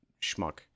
schmuck